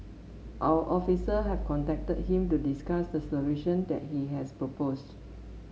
our officer have contacted him to discuss the solution that he has proposed